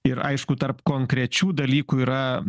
ir aišku tarp konkrečių dalykų yra